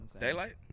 Daylight